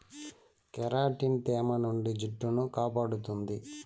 keratin తేమ నుండి జుట్టును కాపాడుతుంది